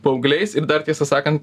paaugliais ir dar tiesą sakant